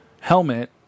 helmet